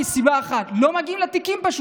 מסיבה אחת: פשוט לא מגיעים לתיקים.